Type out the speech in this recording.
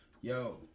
Yo